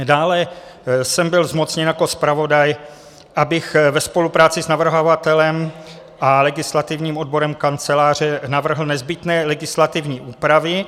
Dále jsem byl zmocněn jako zpravodaj, abych ve spolupráci s navrhovatelem a legislativním odborem Kanceláře navrhl nezbytné legislativní úpravy.